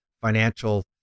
financial